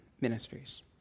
ministries